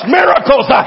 miracles